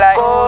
go